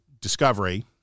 Discovery